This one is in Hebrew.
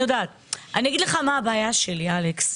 אגיד לך מה הבעיה שלי, אלכס,